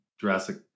Jurassic